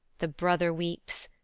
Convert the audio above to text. the brother weeps,